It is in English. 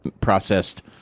processed